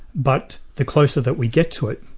but the closer that we get to it,